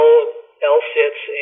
L-sits